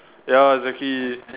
ya exactly